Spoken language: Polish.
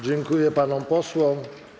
Dziękuję panom posłom.